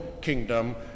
kingdom